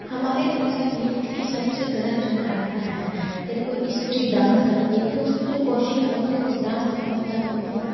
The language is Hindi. हमारे अनुसार नृत्य की जो सबसे गलत जो धारणा है जब कोई स्त्री दाँस करती है तो उसपे जो कोसच्युम होते हैं वो डाँस के अनुसार उनको